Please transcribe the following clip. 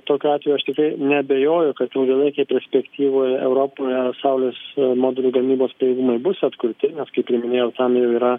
tokiu atveju aš tikrai neabejoju kad ilgalaikėj perspektyvoj europoje saulės modulių gamybos pajėgumai bus atkurti nes kaip ir minėjau tam jau yra